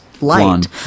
light